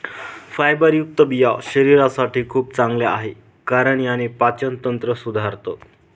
फायबरयुक्त बिया शरीरासाठी खूप चांगल्या आहे, कारण याने पाचन तंत्र सुधारतं